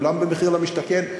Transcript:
כולן במחיר למשתכן.